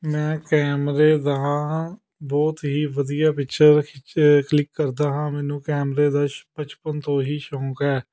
ਮੈਂ ਕੈਮਰੇ ਦਾ ਬਹੁਤ ਹੀ ਵਧੀਆ ਪਿੱਚਰ ਖਿੱਚ ਕਲਿੱਕ ਕਰਦਾ ਹਾਂ ਮੈਨੂੰ ਕੈਮਰੇ ਦਾ ਸ਼ੌਂ ਬਚਪਨ ਤੋਂ ਹੀ ਸ਼ੌਕ ਹੈ